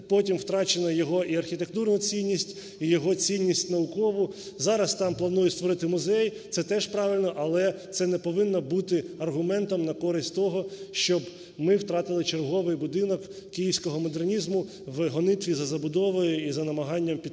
потім втрачено його і архітектурну цінність, і його цінність наукову. Зараз там планують створити музей, це теж правильно, але це не повинно бути аргументом на користь того, щоб ми втратили черговий будинок київського модернізму в гонитві за забудовою і за намаганням підприємців